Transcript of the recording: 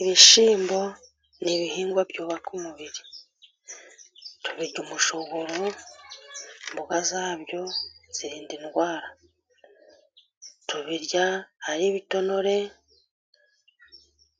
Ibishyimbo ni ibihingwa byubaka umubiri. Tubirya umushogoro, imboga zabyo zirinda indwara. Tubirya ari ibitonore